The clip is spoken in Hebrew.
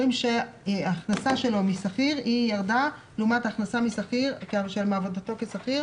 ההכנסה שלו כשכיר ירדה לעומת ההכנסה מעבודתו כשכיר